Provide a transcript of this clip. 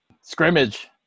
scrimmage